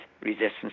resistance